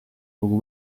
buku